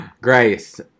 Grace